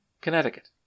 Connecticut